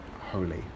holy